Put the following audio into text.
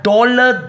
Dollar